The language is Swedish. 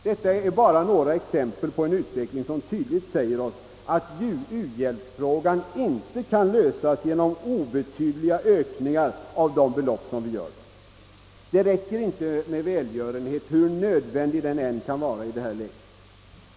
Detta är bara några exempel på en utveckling som tydligt säger oss att u-hjälpsfrågan inte kan lösas genom obetydliga ökningar av de belopp v satsar. Det räcker inte med välgören het, hur nödvändig den än kan vara i detta läge.